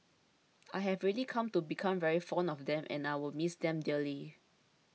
I've really come to become very fond of them and I will miss them dearly